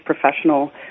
professional